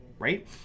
right